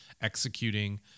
executing